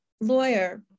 lawyer